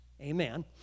Amen